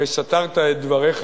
הרי סתרת את דבריך